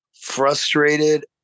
frustrated